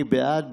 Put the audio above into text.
מי בעד?